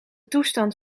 toestand